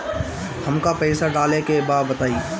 हमका पइसा डाले के बा बताई